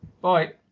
Bye